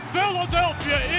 Philadelphia